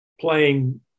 playing